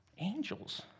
angels